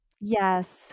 Yes